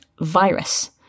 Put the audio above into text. virus